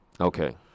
Okay